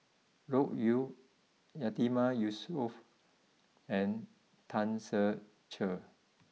Loke Yew Yatiman Yusof and Tan Ser Cher